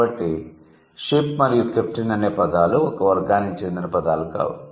కాబట్టి షిప్ మరియు కెప్టెన్ అనే పదాలు ఒక వర్గానికి చెందిన పదాలు కావు